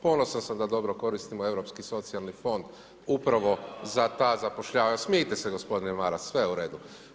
Ponosan sam da dobro koristimo europski socijalni fond upravo za ta zapošljavanja, smijte se gospodine Maras, sve je u redu.